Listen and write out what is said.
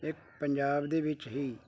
ਇਹ ਪੰਜਾਬ ਦੇ ਵਿੱਚ ਹੀ